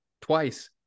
Twice